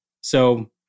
So-